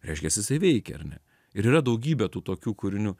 reiškias jisai veikia ar ne ir yra daugybė tų tokių kūrinių